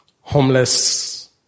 homeless